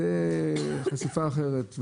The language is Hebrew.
זה חשיפה אחרת.